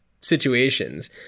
situations